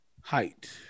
height